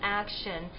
action